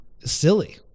silly